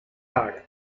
her